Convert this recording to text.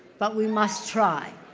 but we must try.